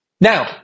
now